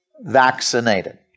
vaccinated